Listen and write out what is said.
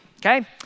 okay